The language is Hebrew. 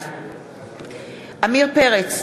בעד עמיר פרץ,